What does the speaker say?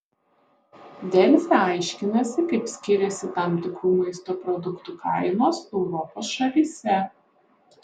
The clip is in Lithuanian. delfi aiškinasi kaip skiriasi tam tikrų maisto produktų kainos europos šalyse